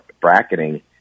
bracketing